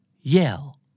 yell